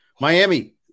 Miami